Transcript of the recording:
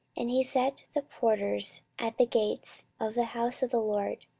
and he set the porters at the gates of the house of the lord,